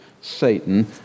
Satan